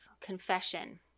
confession